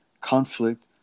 conflict